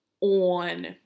on